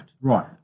Right